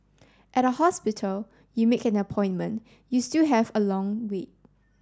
at a hospital you make an appointment you still have a long wait